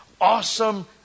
Awesome